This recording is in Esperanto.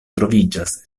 troviĝas